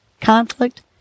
conflict